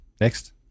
Next